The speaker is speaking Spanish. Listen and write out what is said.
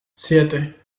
siete